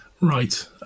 right